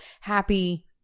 happy